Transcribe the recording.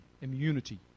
immunity